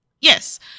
Yes